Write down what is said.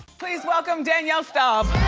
please welcome danielle staub.